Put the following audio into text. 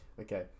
Okay